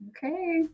Okay